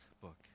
book